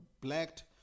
blacked